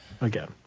Again